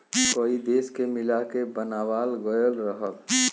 कई देश के मिला के बनावाल गएल रहल